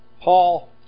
Paul